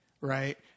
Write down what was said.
right